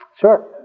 Sure